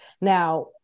Now